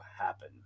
happen